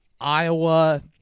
Iowa